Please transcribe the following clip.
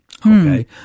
Okay